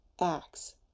acts